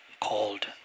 called